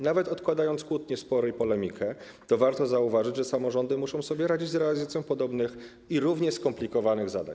Nawet odkładając na bok kłótnie, spory i polemikę, warto zauważyć, że samorządy muszą sobie radzić z realizacją podobnych i równie skomplikowanych zadań.